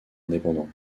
indépendants